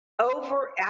over